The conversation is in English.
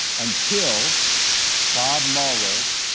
until bob mueller,